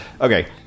Okay